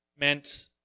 meant